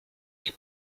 ich